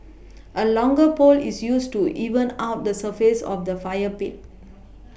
a longer pole is used to even out the surface of the fire pit